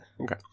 Okay